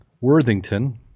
Worthington